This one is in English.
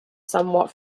somewhat